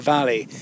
Valley